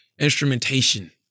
instrumentation